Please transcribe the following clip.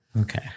Okay